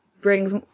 brings